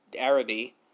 Arabi